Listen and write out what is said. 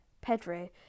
Pedro